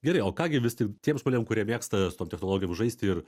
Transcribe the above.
gerai o ką gi vis tik tiems žmonėm kurie mėgsta su tom technologijom žaisti ir